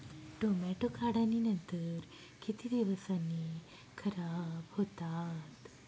Tomato काढणीनंतर किती दिवसांनी खराब होतात?